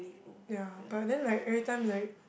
ya but then like everytime like